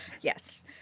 yes